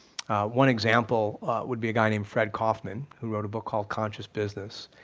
one example would be a guy named fred kaufman, who wrote a book called conscious business,